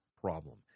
problem